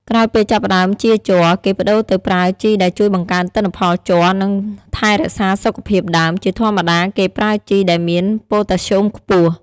ក្រោយពេលចាប់ផ្តើមចៀរជ័រ គេប្តូរទៅប្រើជីដែលជួយបង្កើនទិន្នផលជ័រ និងថែរក្សាសុខភាពដើម ជាធម្មតាគេប្រើជីដែលមានប៉ូតាស្យូមខ្ពស់។